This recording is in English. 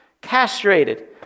castrated